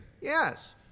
yes